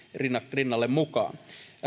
rinnalle mukaan